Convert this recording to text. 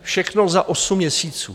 Všechno za osm měsíců.